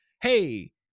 hey